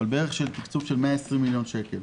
אבל בערך תקצוב של 120 מיליון שקל.